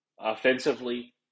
Offensively